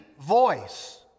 voice